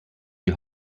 die